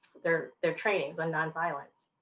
their their trainings on non-violence,